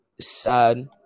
sad